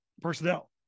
personnel